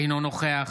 אינו נוכח